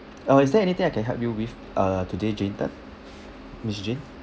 uh is there anything I can help you with uh today jane tan miss jane